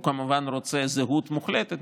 הוא כמובן רוצה זהות מוחלטת.